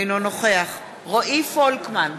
אינו נוכח רועי פולקמן,